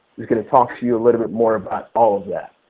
you're going to talk to you a little bit more about all of that.